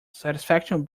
satisfaction